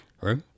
right